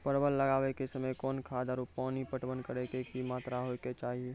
परवल लगाबै के समय कौन खाद आरु पानी पटवन करै के कि मात्रा होय केचाही?